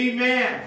Amen